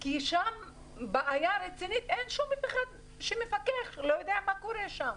-- כי שם יש בעיה רצינית ואין אף אחד שמפקח ויודע מה קורה שם.